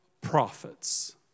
prophets